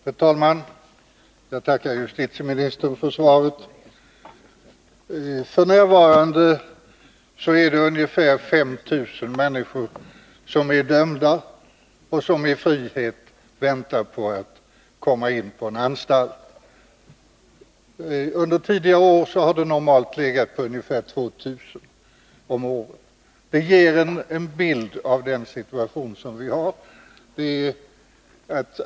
Herr talman! Jag tackar justitieministern för svaret. F.n. är det ungefär 5 000 dömda människor som i frihet väntar på att komma in på en anstalt. Under tidigare år har siffran normalt legat på ungefär 2 000. Det ger en bild av den situation som råder.